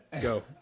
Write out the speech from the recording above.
go